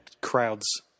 crowds